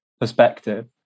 perspective